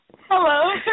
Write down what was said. Hello